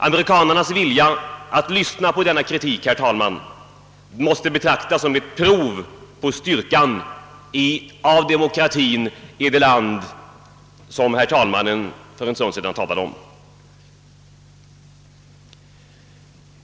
Amerikanernas vilja att lyssna på denna kritik, herr talman, måste betraktas som ett prov på demokratiens styrka i det land, som herr talmannen för en stund sedan talade om.